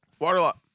Waterlot